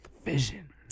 Vision